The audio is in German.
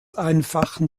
einfachen